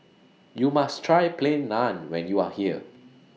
YOU must Try Plain Naan when YOU Are here